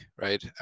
right